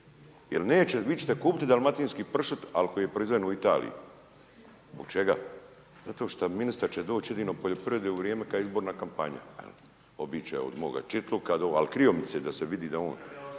Jer neće, vi ćete kupiti dalmatinski pršut, ali koji je proizveden u Italiji. Zbog čega? Zato što ministar će doći jedino poljoprivredi u vrijeme kad je izborna kampanja. Obići će od moga Čitluka, ali kriomice da se vidi da on,